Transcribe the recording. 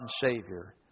Savior